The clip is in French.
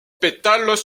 pétales